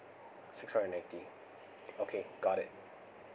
six hundred and eighty okay got it